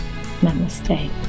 Namaste